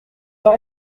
par